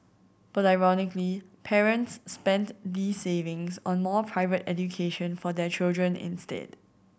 but ironically parents spent these savings on more private education for their children instead